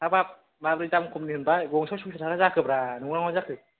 हाबाब माब्रै दाम खमनि होनबाय गंसेयावनो सयस' थाखा जाखोब्रा नंगौना नङा जाखो